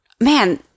Man